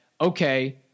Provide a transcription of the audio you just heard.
okay